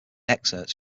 excerpts